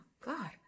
God